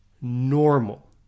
normal